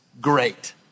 great